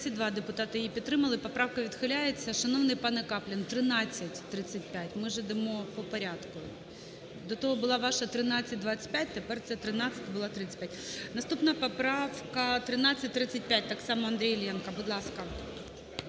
Наступна поправка 1335. Так само Андрій Іллєнко. Будь ласка.